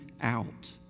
out